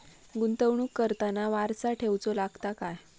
गुंतवणूक करताना वारसा ठेवचो लागता काय?